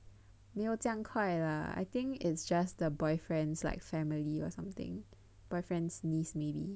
没有这样快 lah I think it's just the boyfriend's like family or something boyfriend's niece maybe